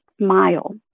smile